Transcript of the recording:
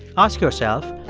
ask yourself,